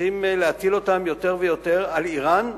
שצריכים להטיל יותר ויותר על אירן,